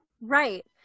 Right